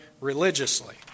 religiously